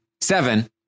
seven